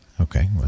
Okay